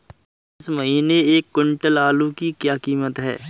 इस महीने एक क्विंटल आलू की क्या कीमत है?